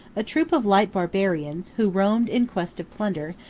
a troop of light barbarians, who roamed in quest of plunder,